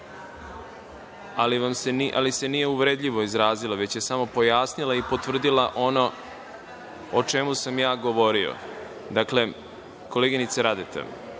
se nije uvredljivo izrazila, već je samo pojasnila i potvrdila ono o čemu sam ja govorio. Dakle, koleginice Radeta,